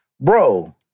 bro